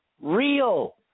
real